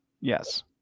Yes